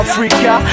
Africa